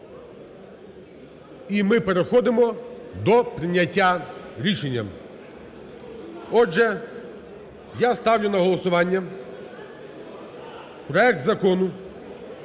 і ми переходимо до прийняття рішення. Отже, я сталю на голосування проект Закону